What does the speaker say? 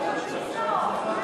אתה מדבר בלי סוף.